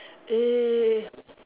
eh